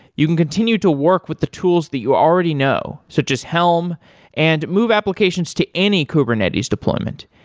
you can continue to work with the tools that you already know, such as helm and move applications to any kubernetes deployment.